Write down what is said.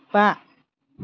बा